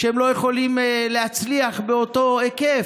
שהם לא יכולים להצליח באותו היקף.